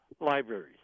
libraries